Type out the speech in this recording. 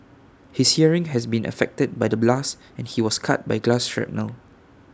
his hearing has been affected by the blast and he was cut by glass shrapnel